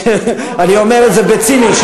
אני אומר את זה בציניות,